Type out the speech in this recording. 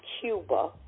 Cuba